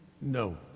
No